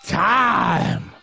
time